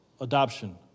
Adoption